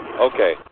Okay